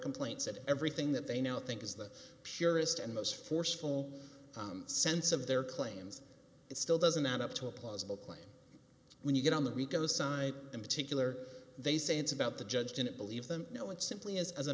complaint said everything that they now think is the surest and most forceful sense of their claims it still doesn't add up to a plausible claim when you get on the rico side in particular they say it's about the judge didn't believe them no it simply is as a